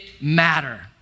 matter